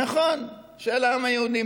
נכון, של העם היהודי.